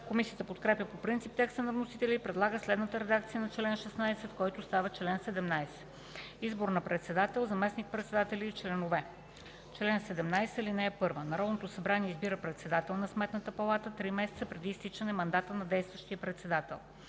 Комисията подкрепя по принцип текста на вносителя и предлага следната редакция на чл. 16, който става чл. 17: „Избор на председател, заместник-председатели и членове Чл. 17. (1) Народното събрание избира председател на Сметната палата три месеца преди изтичането на мандата на действащия председател.